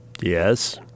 Yes